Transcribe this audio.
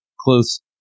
close